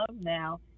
now